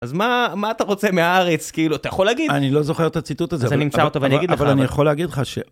אז מה אתה רוצה מהארץ, כאילו, אתה יכול להגיד? אני לא זוכר את הציטוט הזה, אבל אני יכול להגיד לך ש...